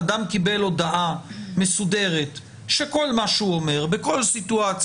אדם קיבל הודעה מסודרת שכל מה שהוא אומר בכל סיטואציה